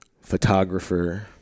photographer